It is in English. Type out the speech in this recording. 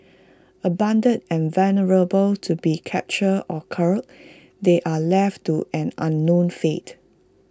abandoned and vulnerable to being captured or culled they are left to an unknown fate